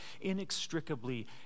inextricably